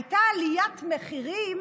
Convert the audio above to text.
הייתה עליית מחירים